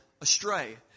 astray